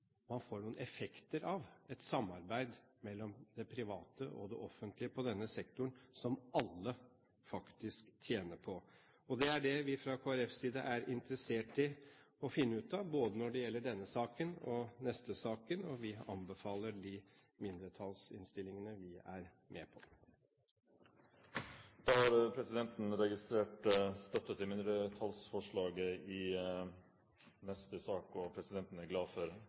man får noen effekter av et samarbeid mellom det private og det offentlige på denne sektoren som alle tjener på. Det er det vi fra Kristelig Folkepartis side er interessert i å finne ut av, både når det gjelder denne saken og neste sak, og vi anbefaler de mindretallsinnstillingene vi er med på. Da har presidenten registrert støtte til mindretallsforslaget i neste sak, og presidenten er glad for